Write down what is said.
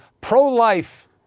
pro-life